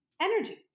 energy